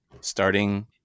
starting